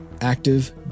Active